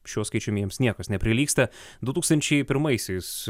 šiuo skaičiumi jiems niekas neprilygsta du tūkstančiai pirmaisiais